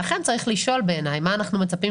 לכן לדעתי צריך לשאול מה אנחנו מצפים